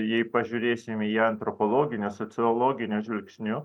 jei pažiūrėsim į ją antropologiniu sociologiniu žvilgsniu